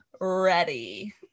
ready